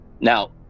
Now